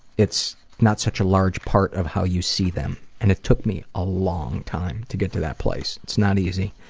it's not such a large part of how you see them. and it took me a long time to get to that place. it's not easy.